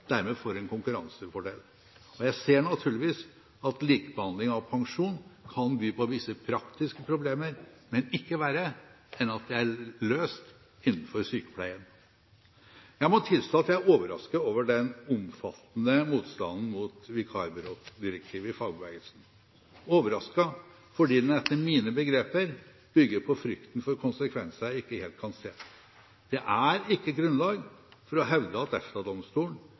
dermed får en konkurransefordel. Jeg ser naturligvis at likebehandling av pensjon kan by på visse praktiske problemer, men ikke verre enn at det er løst innenfor sykepleien. Jeg må tilstå at jeg er overrasket over den omfattende motstanden mot vikarbyrådirektivet i fagbevegelsen – overrasket fordi den etter mine begreper bygger på frykten for konsekvenser jeg ikke helt kan se. Det er ikke grunnlag for å hevde at